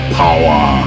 power